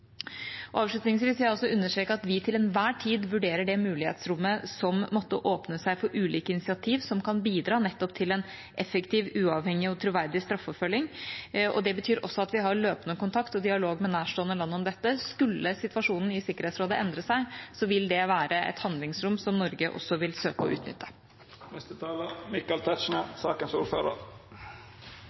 Avslutningsvis vil jeg også understreke at vi til enhver tid vurderer det mulighetsrommet som måtte åpne seg for ulike initiativ som kan bidra nettopp til en effektiv, uavhengig og troverdig straffeforfølging. Det betyr også at vi har løpende kontakt og dialog med nærstående land om dette. Skulle situasjonen i Sikkerhetsrådet endre seg, vil det være et handlingsrom som Norge også vil søke å